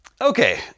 Okay